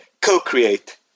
co-create